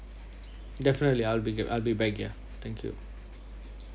definitely I'll be bac~ I will be back ya thank you